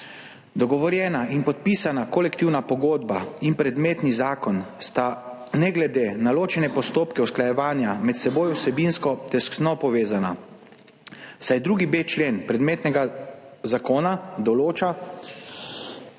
Dogovorjena in podpisana kolektivna pogodba in predmetni zakon sta ne glede na ločene postopke usklajevanja med seboj vsebinsko tesno povezana, saj 2.b člen predmetnega zakona določa, da se